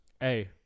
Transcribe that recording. hey